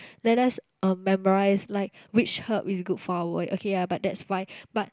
let us uh memorise like which herb is good for our okay ya but that's fine but